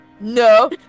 No